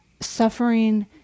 suffering